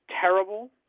terrible